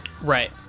Right